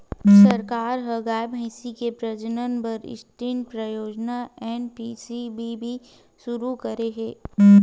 सरकार ह गाय, भइसी के प्रजनन बर रास्टीय परियोजना एन.पी.सी.बी.बी सुरू करे हे